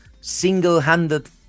single-handed